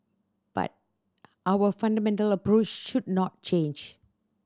but our fundamental approach should not change